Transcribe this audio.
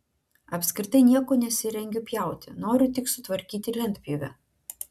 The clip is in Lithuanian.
apskritai nieko nesirengiu pjauti noriu tik sutvarkyti lentpjūvę